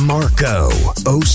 Marco